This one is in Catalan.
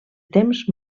temps